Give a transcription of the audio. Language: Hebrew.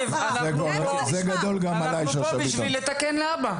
חברת הכנסת גוטליב, אנחנו פה בשביל לתקן להבא.